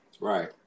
Right